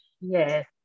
Yes